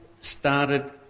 started